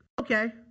okay